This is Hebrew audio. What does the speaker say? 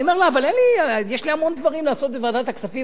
אני אומר לה: אבל יש לי המון דברים לעשות בוועדת הכספים,